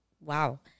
Wow